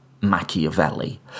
Machiavelli